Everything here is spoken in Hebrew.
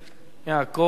יעקב כץ,